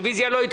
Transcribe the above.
מי נמנע?